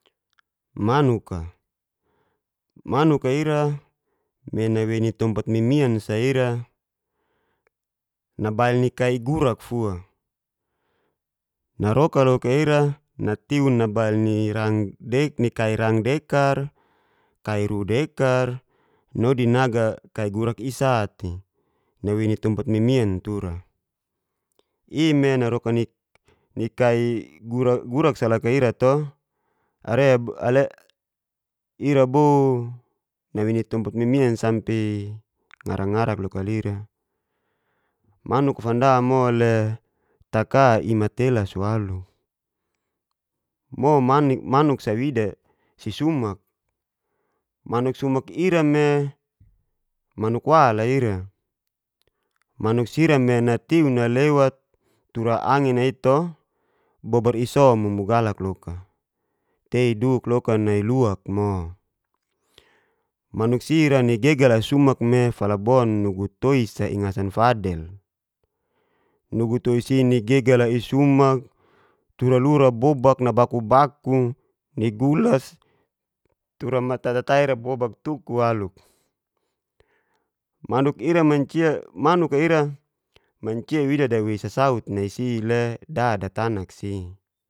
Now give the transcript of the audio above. Manuk'a, manuk'a ira ma nawei ni tompat mimin sa ira, nabail ni kai gurak fua, naroka lok ira natiu nabail ni kain rang dekar, kai ru dekar nodi naga kai gurak i'sate nawei ni tompat mimian tura i'me naroka naroka ni kai gurak ira bo nawei ni tompat mimiain sampe ngarak-ngarak loka lira. Manuk fanda mole taka'i matelas walu manuk si wida si sumak, manuk sumak ira me manuk wal'a ira manuk sia me ntiu nlewt tura angin' i'to bobr iso mumu galak loka tei duk loka nai luak mo, manuk si'ra ni gagala sumak me nugu toi s ningsan fadel, nugu toi si ni gegal'a isumak tura lura bobak nabaku- baku ni gulas tura ma'ta tataira bobak tuku walu. manuka ira mancia wida dawei sasaut ni si'le da datanak si